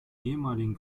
ehemaligen